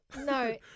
No